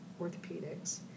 orthopedics